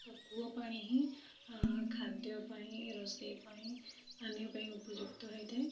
ତ କୂଅ ପାଣି ହିଁ ଖାଦ୍ୟ ପାଇଁ ରୋଷେଇ ପାଇଁ ପାନୀୟ ପାଇଁ ଉପଯୁକ୍ତ ହୋଇଥାଏ